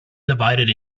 divided